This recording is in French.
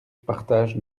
partage